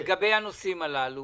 אבל ינון, נגיע בחקיקה לנושאים הללו